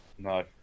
No